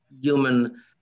human